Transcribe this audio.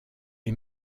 est